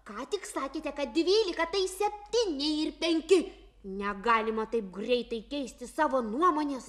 ką tik sakėte kad dvylika tai septyni ir penki negalima taip greitai keisti savo nuomonės